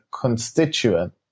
constituent